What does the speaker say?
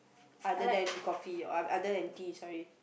other than coffee or other than tea sorry